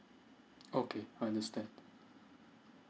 okay I understand